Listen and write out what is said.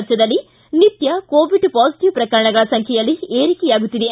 ರಾಜ್ಯದಲ್ಲಿ ನಿತ್ಯ Covid positive ಪ್ರಕರಣಗಳ ಸಂಖ್ಯೆಯಲ್ಲಿ ಏರಿಕೆಯಾಗುತ್ತಿದೆ